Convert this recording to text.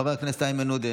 חבר הכנסת איימן עודה,